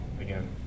again